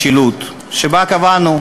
מישהו מונע מכל חקלאי שרוצה בזה,